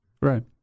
Right